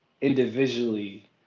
individually